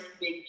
big